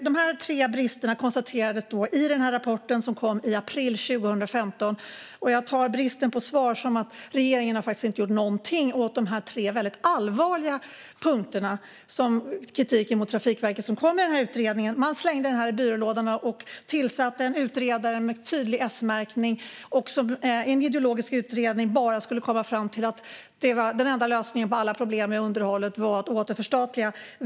De här tre bristerna konstaterades i rapporten som kom i april 2015, och jag tolkar bristen på svar som att regeringen inte har gjort någonting åt dessa tre väldigt allvarliga kritikpunkter som riktades mot Trafikverket i rapporten. Man slängde den i byrålådan och tillsatte en utredare med tydlig S-märkning som i en ideologisk utredning skulle komma fram till att den enda lösningen på alla problem med underhållet är att återförstatliga.